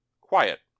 quiet